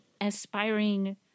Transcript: aspiring